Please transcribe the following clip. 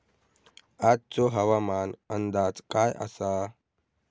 आजचो हवामान अंदाज काय आसा?